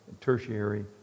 tertiary